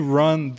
run